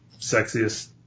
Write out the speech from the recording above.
sexiest